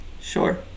Sure